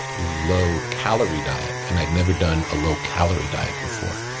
low calorie diet, and i'd never done a low calorie diet before,